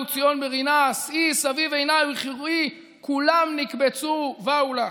ציון ברִנה"; "שאי סביב עיניִך וראי כֻּלם נקבצו באו לך".